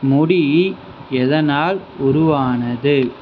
முடி எதனால் உருவானது